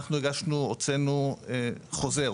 אנחנו הוצאנו חוזר,